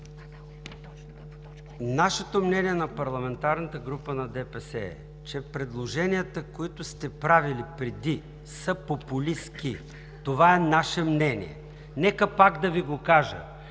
Нашето мнение – на парламентарната група на ДПС – е, че предложенията, които сте правили преди, са популистки. Това е наше мнение. Нека пак да Ви го кажа.